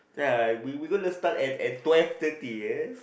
ya I we gonna start at at twelve thirty ya